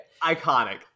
Iconic